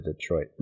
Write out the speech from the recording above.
Detroit